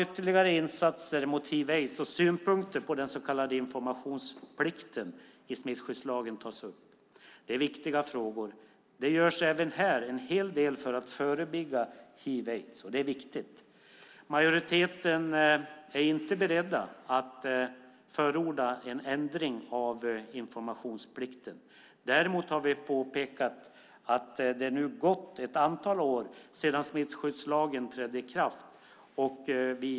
Ytterligare insatser mot hiv aids. Det är viktigt. Majoriteten är inte beredd att förorda en ändring av informationsplikten. Däremot har vi påpekat att det nu har gått ett antal år sedan smittskyddslagen trädde i kraft.